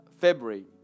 February